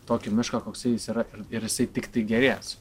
tokį mišką koksai jis yra ir jisai tiktai gerės